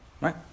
right